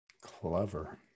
Clever